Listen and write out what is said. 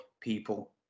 people